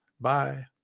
Bye